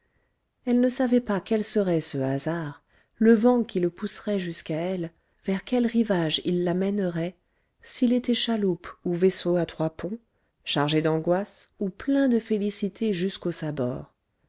elle ne savait pas quel serait ce hasard le vent qui le pousserait jusqu'à elle vers quel rivage il la mènerait s'il était chaloupe ou vaisseau à trois ponts chargé d'angoisses ou plein de félicités jusqu'aux sabords